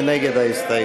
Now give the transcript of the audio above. מי נגד ההסתייגות?